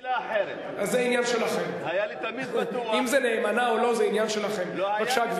סגן היושב-ראש, חבר הכנסת, בבקשה.